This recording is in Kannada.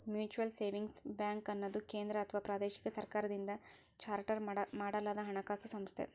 ಮ್ಯೂಚುಯಲ್ ಸೇವಿಂಗ್ಸ್ ಬ್ಯಾಂಕ್ಅನ್ನುದು ಕೇಂದ್ರ ಅಥವಾ ಪ್ರಾದೇಶಿಕ ಸರ್ಕಾರದಿಂದ ಚಾರ್ಟರ್ ಮಾಡಲಾದಹಣಕಾಸು ಸಂಸ್ಥೆ